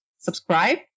subscribe